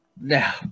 Now